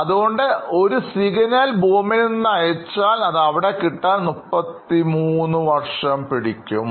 അതുകൊണ്ട് ഒരു സിഗ്നൽ ഭൂമിയിൽനിന്ന് അയച്ചാൽ അത് അവിടെ കിട്ടാൻ 33 വർഷം പിടിക്കും